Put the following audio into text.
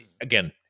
Again